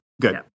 Good